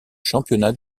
championnats